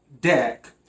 deck